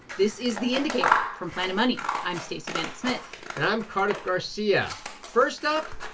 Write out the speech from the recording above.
this is the indicator from planet money. i'm stacey vanek smith and i'm cardiff garcia. first up,